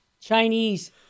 Chinese